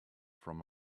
from